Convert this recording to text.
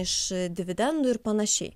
iš dividendų ir panašiai